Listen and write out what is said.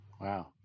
Wow